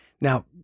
Now